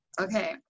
okay